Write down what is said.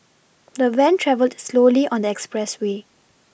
the van travelled slowly on the expressway